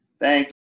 thanks